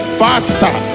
faster